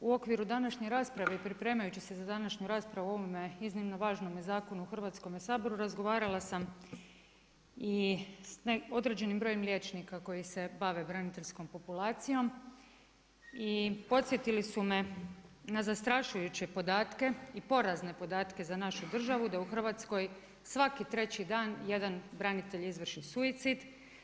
U okviru današnje rasprave i pripremajući se za današnju raspravu o ovome iznimno važnome Zakonu u Hrvatskome saboru razgovarala sam i sa određenim brojem liječnika koji se bave braniteljskom populacijom i podsjetili su me na zastrašujuće podatke i porazne podatke za našu državu, da u Hrvatskoj svaki treći dan, jedan branitelj izvrši suicid.